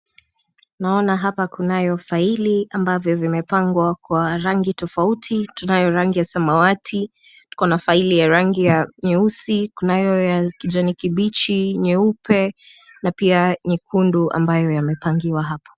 Naona hapa kunayo (cs) faili(cs) ambavyo vimepangwa kwa rangi tofauti. Tunayo rangi ya samawati, kuna(cs) faili (cs) ya rangi ya nyeusi, kunayo ya kijani kibichi, nyeupe na pia nyekundu ambayo yamepangiwa hapo.